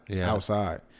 Outside